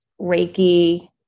Reiki